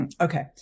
okay